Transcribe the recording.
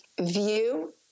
view